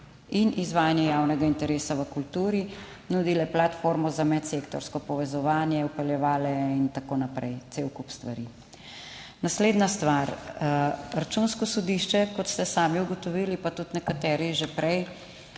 in izvajanje javnega interesa v kulturi, nudile platformo za medsektorsko povezovanje, vpeljevale…" In tako naprej, cel kup stvari. Naslednja stvar. Računsko sodišče, kot ste sami ugotovili, pa tudi nekateri že prej,